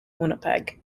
winnipeg